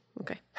Okay